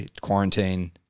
quarantine